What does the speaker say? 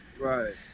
right